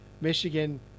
michigan